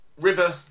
River